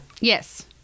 Yes